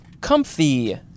comfy